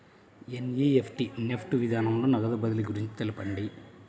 NEFT NEFT విధానంలో నగదు బదిలీ గురించి తెలుపండి?